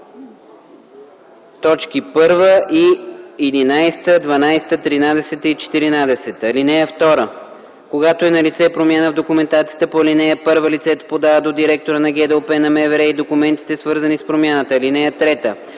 тази по т. 1, 11 - 14. (2) Когато е налице промяна в документацията по ал. 1, лицето подава до директора на ГДОП на МВР и документите, свързани с промяната. (3)